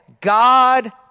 God